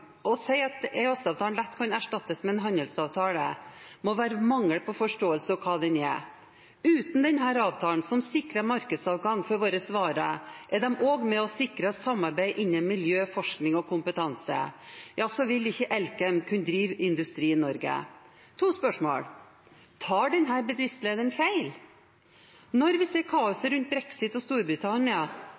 Å si at EØS-avtalen lett kan erstattes med en handelsavtale, må være mangel på forståelse av hva den er, for uten denne avtalen, som sikrer markedsadgang for våre varer, og som også er med og sikrer samarbeid innen miljø, forskning og kompetanse, vil ikke Elkem kunne drive industri i Norge. Jeg har to spørsmål: Tar denne bedriftslederen feil? Når vi ser kaoset rundt brexit og Storbritannia,